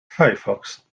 firefox